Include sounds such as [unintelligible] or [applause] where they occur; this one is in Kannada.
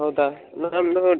ಹೌದಾ [unintelligible]